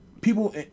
people